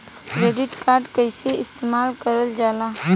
Credit card कईसे इस्तेमाल करल जाला?